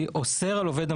אנשי מקצוע ואנשי טוהר